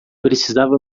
precisava